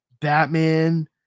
Batman